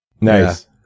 Nice